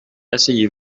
asseyez